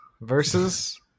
versus